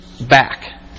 back